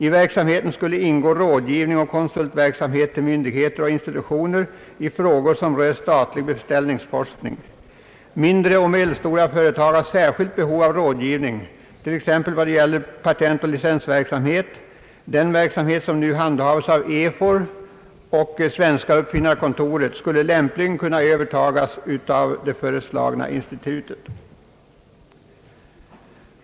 I verksamheten skulle ingå rådgivning och konsultverksamhet för myndigheter och institutioner i frågor som rör statlig beställningsforskning. Mindre och medelstora företag har särskilt behov av rådgivning, t.ex. då det gäller patent och licensverksamhet m.m. Den verksamhet som nu handhas av EFOR och Svenska uppfinnarkontoret skulle lämpligen kunna övertagas av det föreslagna institutet.